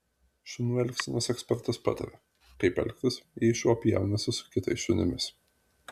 šunų elgsenos ekspertas pataria kaip elgtis jei šuo pjaunasi su kitais šunimis